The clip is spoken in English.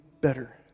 better